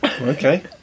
Okay